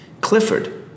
Clifford